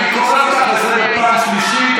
אני קורא אותך לסדר פעם שלישית.